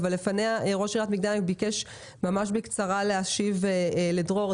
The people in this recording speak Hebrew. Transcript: אבל לפניה ראש עיריית מגדל העמק ביקש ממש בקצרה להשיב לדרור.